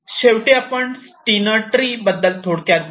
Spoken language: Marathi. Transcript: शेवटी आपण स्टीनर ट्री बद्दल थोडक्यात बोलू